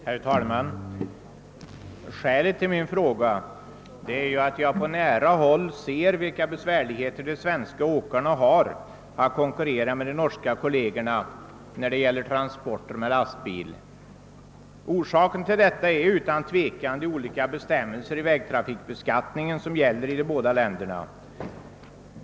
Herr talman! Skälet till min fråga är att jag på nära håll sett vilka besvärligheter de svenska åkarna har när det gäller att konkurrera med de norska kollegerna om transporter med lastbil. Orsaken till svårigheterna är utan tvivel olikheten i de bestämmelser som gäller i vägtrafikbeskattningen i de båda länderna.